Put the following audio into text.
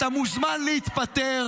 אתה מוזמן להתפטר.